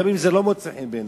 גם אם זה לא מוצא חן בעיניו.